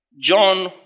John